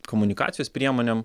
komunikacijos priemonėm